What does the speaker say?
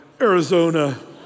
Arizona